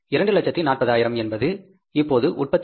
240000 என்பது இப்போது உற்பத்தித் தொகை